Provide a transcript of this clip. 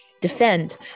defend